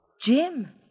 Jim